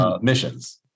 Missions